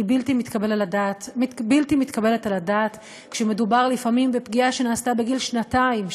היא בלתי מתקבלת על הדעת כשמדובר לפעמים בפגיעה שנעשתה בגיל שנתיים,